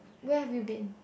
where have you been